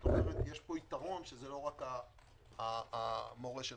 כלומר יש פה יתרון שזה לא רק המורה שלך.